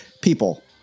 people